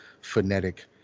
phonetic